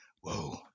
Whoa